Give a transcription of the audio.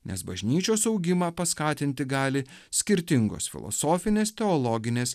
nes bažnyčios augimą paskatinti gali skirtingos filosofinės teologinės